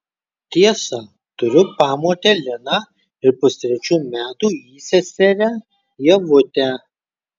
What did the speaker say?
tiesa turiu pamotę liną ir pustrečių metų įseserę ievutę